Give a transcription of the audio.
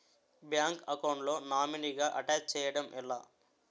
Bank account లో నామినీగా attach చేయడం ఎలా?